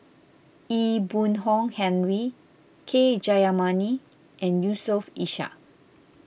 Ee Boon Kong Henry K Jayamani and Yusof Ishak